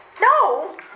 No